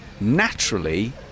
naturally